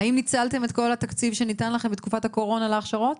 האם ניצלתם את כל התקציב שניתן לכם בתקופת הקורונה להכשרות?